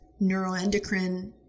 neuroendocrine